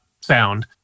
sound